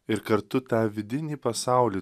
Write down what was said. ir kartu tą vidinį pasaulį